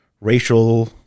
racial